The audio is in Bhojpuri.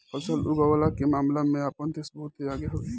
फसल उगवला के मामला में आपन देश बहुते आगे हवे